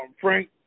Frank